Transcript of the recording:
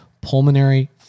pulmonary